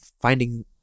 finding